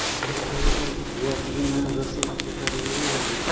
ନହେଲେ ତ ଆମେ ତ ଗ୍ୟାସ୍ ବିନା ରୋଷେଇ କରିପରିବୁନି ଆଉ